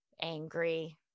angry